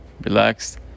relaxed